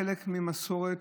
חלק ממסורת